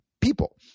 people